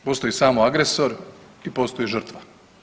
Postoji samo agresor i postoji žrtva.